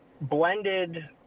blended